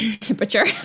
Temperature